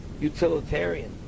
utilitarian